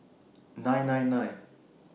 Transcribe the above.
nine nine nine